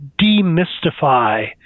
demystify